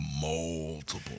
multiple